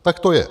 Tak to je.